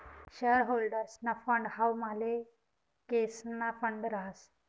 share होल्डर्सना fund हाऊ मालकेसना फंड रहास